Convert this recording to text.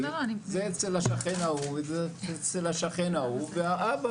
זה אצל השכן ההוא וזה אצל השכן ההוא ואבא